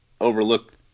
overlook